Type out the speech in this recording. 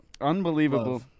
Unbelievable